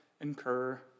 incur